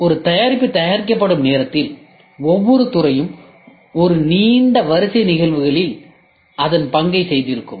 ஒரு தயாரிப்பு தயாரிக்கப்படும் நேரத்தில் ஒவ்வொரு துறையும் ஒரு நீண்ட வரிசை நிகழ்வுகளில் அதன் பங்கைச் செய்திருக்கும்